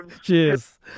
Cheers